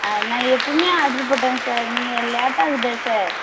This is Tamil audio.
ஆ நான் எப்போமே ஆர்ட்ரு போட்டேங்க சார் நீங்கள் லேட்டாகுதே சார்